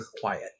quiet